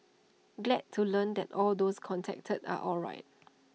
glad to learn that all those contacted are alright